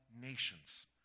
nations